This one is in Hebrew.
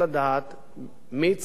מי צריך לתת כאן דין-וחשבון.